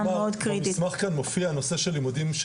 במסמך כאן מופיע נושא של לימודים,